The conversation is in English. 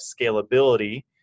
scalability